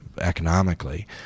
economically